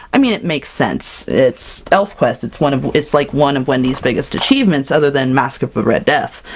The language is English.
i mean, it makes sense! it's elfquest! it's one of it's like one of wendy's biggest achievements other than masque of the but red death!